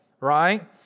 right